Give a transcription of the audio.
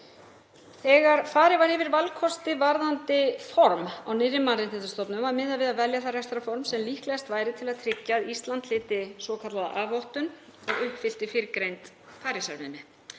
Þegar farið var yfir valkosti varðandi form á nýrri mannréttindastofnun var miðað við að velja það rekstrarform sem líklegast væri til að tryggja að Ísland hlyti svokallaða A-vottun og uppfyllti fyrrgreind Parísarviðmið.